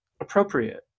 appropriate